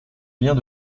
vient